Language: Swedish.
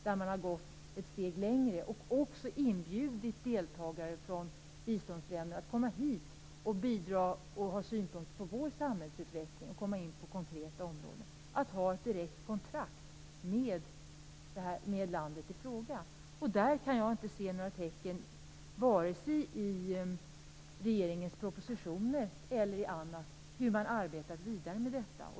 Där har man gått ett steg längre och också inbjudit deltagare från biståndsländer att komma hit och bidra, ha synpunkter på vår samhällsutveckling och komma in på konkreta områden - ett direkt kontrakt med landet i fråga. Jag kan inte se några tecken, vare sig i regeringens propositioner eller någon annanstans, på hur man arbetat vidare med detta.